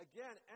Again